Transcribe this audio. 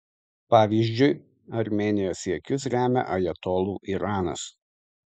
pavyzdžiui armėnijos siekius remia ajatolų iranas